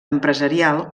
empresarial